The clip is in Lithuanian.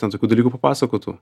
ten tokių dalykų papasakotų